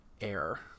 air